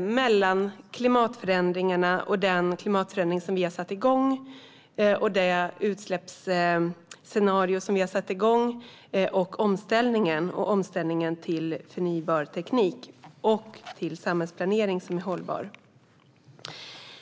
mellan klimatförändringarna å ena sidan och det klimatförändringsarbete, det utsläppsscenario och den omställning till förnybar teknik och hållbar samhällsplanering som vi har satt igång å andra sidan.